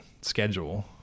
schedule